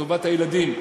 טובת הילדים,